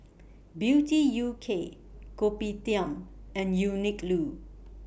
Beauty U K Kopitiam and Uniqlo